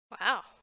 Wow